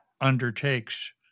undertakes